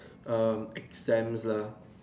um exams lah